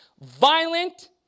violent